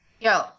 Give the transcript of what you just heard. Yo